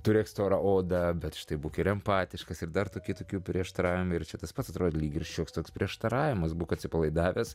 turėk storą odą bet štai būk ir empatiškas ir dar tokį tokių prieštaravimų ir čia tas pats atrodė lyg ir šioks toks prieštaravimas būk atsipalaidavęs